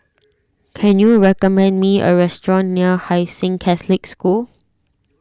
can you recommend me a restaurant near Hai Sing Catholic School